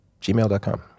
gmail.com